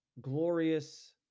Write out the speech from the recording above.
Glorious